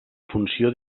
funció